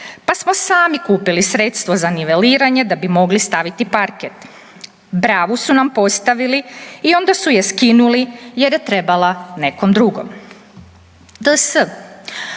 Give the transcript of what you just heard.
pa smo sami kupili sredstvo za niveliranje da bi mogli staviti parket. Bravu su nam postavili i onda su je skinuli jer je trebala nekom drugom.“ DS: